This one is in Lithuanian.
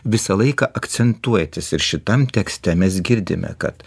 visą laiką akcentuojantis ir šitam tekste mes girdime kad